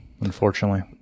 unfortunately